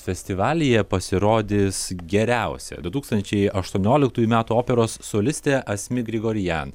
festivalyje pasirodys geriausia du tūkstančiai aštuonioliktųjų metų operos solistė asmik grigorian